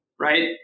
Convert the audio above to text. right